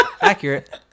Accurate